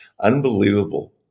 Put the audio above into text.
unbelievable